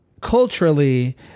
culturally